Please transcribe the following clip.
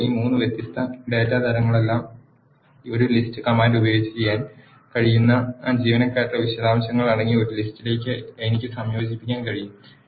ഇപ്പോൾ ഈ മൂന്ന് വ്യത്യസ്ത ഡാറ്റാ തരങ്ങളെല്ലാം ഒരു ലിസ്റ്റ് കമാൻഡ് ഉപയോഗിച്ച് ചെയ്യാൻ കഴിയുന്ന ജീവനക്കാരുടെ വിശദാംശങ്ങൾ അടങ്ങിയ ഒരു ലിസ്റ്റിലേക്ക് എനിക്ക് സംയോജിപ്പിക്കാൻ കഴിയും